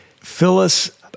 Phyllis